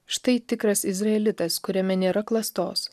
štai tikras izraelitas kuriame nėra klastos